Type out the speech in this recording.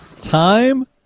Time